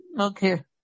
Okay